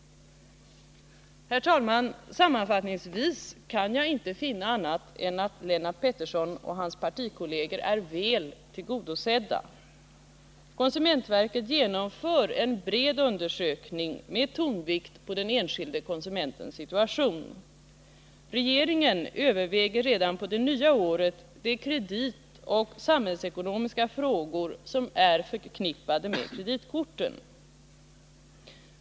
Herr talman! Sammanfattningsvis kan jag inte finna annat än att Lennart Pettersson och hans partikolleger är väl tillgodosedda. Konsumentverket genomför en bred undersökning med tonvikt på den enskilde konsumentens situation. Regeringen överväger redan under det nya året de kreditoch samhällsekonomiska frågor som är förknippade med kreditkorten.